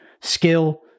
skill